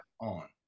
on